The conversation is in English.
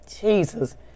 Jesus